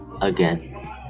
again